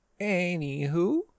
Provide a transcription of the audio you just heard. anywho